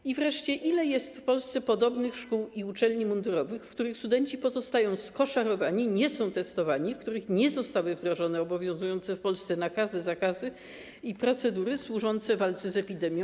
I wreszcie, ile jest w Polsce podobnych szkół i uczelni mundurowych, w których studenci pozostają skoszarowani, nie są testowani, w których nie zostały wdrożone obowiązujące w Polsce nakazy, zakazy i procedury służące walce z epidemią?